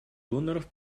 доноров